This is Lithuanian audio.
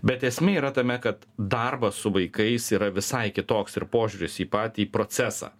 bet esmė yra tame kad darbas su vaikais yra visai kitoks ir požiūris į patį procesą